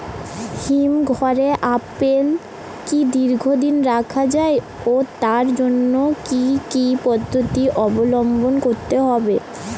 হিমঘরে আপেল কি দীর্ঘদিন রাখা যায় ও তার জন্য কি কি পদ্ধতি অবলম্বন করতে হবে?